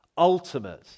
ultimate